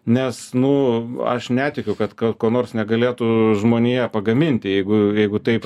nes nu aš netikiu kad ko nors negalėtų žmonija pagaminti jeigu jeigu taip